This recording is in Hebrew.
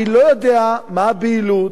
אני לא יודע מה הבהילות,